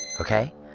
okay